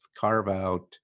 carve-out